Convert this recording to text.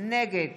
נגד